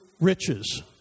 riches